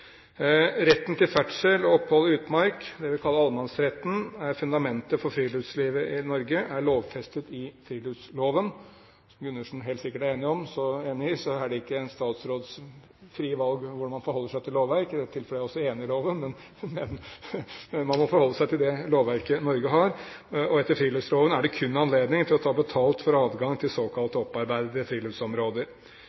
utmark, det vi kaller allemannsretten, er fundamentet for friluftslivet i Norge og er lovfestet i friluftsloven. Som representanten Gundersen helt sikkert er enig i, er det ikke en statsråds frie valg hvordan man forholder seg til lovverk – i dette tilfellet er jeg også enig i loven – men man må forholde seg til det lovverket Norge har. Etter friluftsloven er det kun anledning til å ta betalt for adgang til såkalt